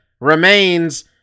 remains